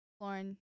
Lauren